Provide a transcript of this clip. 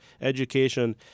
Education